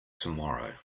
tomorrow